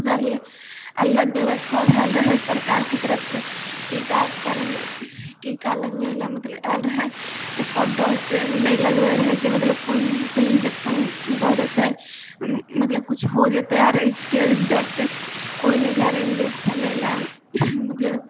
ओकरा लिए अलग व्यवस्था भेल रहै सरकारके तरफ से टीकाकरण टीका लगबैला मतलब आयल रहै तऽ सब डर से नहि लगबै रहै जे मतलब कोन होतै इंजेक्शन दऽ देतै मतलब किछु हो जेतै आर ईसके डर से कोइ नहि जाइ रहै इंजेक्शन लै ला मतलब